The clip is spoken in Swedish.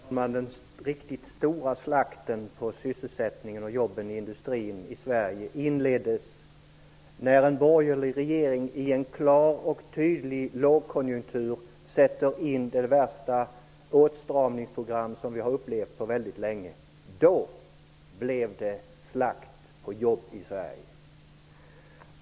Herr talman! Den riktigt stora slakten på sysselsättningen och jobben i industrin i Sverige inleddes när en borgerlig regering i en klar och tydlig lågkonjunktur satte in det värsta åtstramningsprogram som vi har upplevt på väldigt länge. Då blev det slakt på jobb i Sverige.